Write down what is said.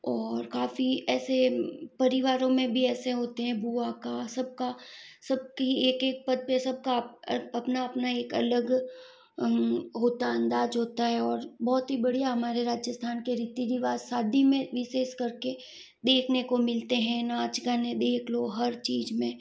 और काफ़ी ऐसे परिवारों में भी ऐसे होते हैं बुआ का सबका सबकी एक एक पद पर सबका अपना अपना एक अलग होता अंदाज़ होता है और बहुत ही बढ़िया हमारे राजस्थान के रीति रिवाज शादी में विशेष करके देखने को मिलते हैं नाच गाने देख लो हर चीज में